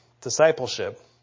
discipleship